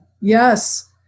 Yes